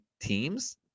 teams